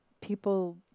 people